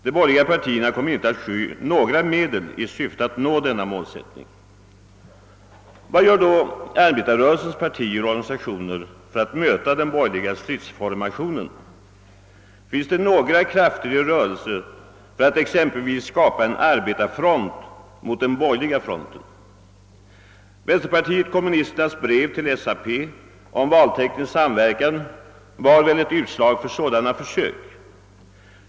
De borgerliga partierna kommer inte att sky några medel i syfte att nå denna målsättning. Vad gör då arbetarrörelsens partier och organisationer för att möta denna borgerliga stridsformation? Finns det några krafter i rörelse för att exempelvis skapa en arbetarfront mot den borgerliga fronten? Vänsterpartiet kommunisternas brev till SAP om valteknisk samverkan var väl ett utslag för sådana försök.